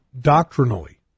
doctrinally